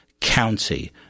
county